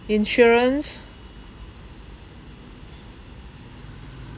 insurance